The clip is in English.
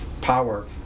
power